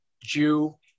Jew